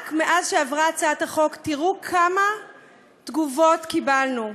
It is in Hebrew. רק מאז שעברה הצעת החוק, תראו כמה תגובות קיבלנו,